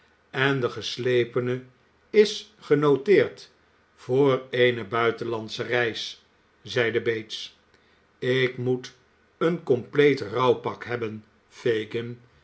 en de ges'epene is genoteerd voor eene buitenlandsche reis zeide bates ik moet een compleet rouwpak hebben fagin